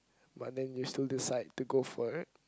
but then you still decide to go for it